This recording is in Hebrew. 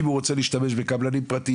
אם הוא רוצה להשתמש בקבלנים פרטיים